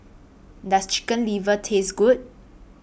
Does Chicken Liver Taste Good